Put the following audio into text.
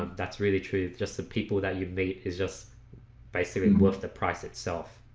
um that's really true. just the people that you meet is just basically worth the price itself